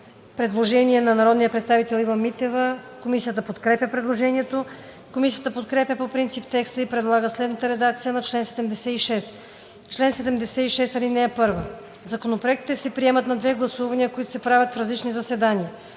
предложение от народния представител Ива Митева. Комисията подкрепя предложението. Комисията подкрепя по принцип текста и предлага следната редакция на чл. 76: „Чл. 76. (1) Законопроектите се приемат на две гласувания, които се правят в различни заседания.